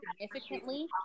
significantly